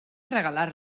regalar